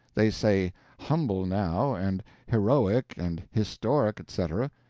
they say humble, now, and heroic, and historic etc,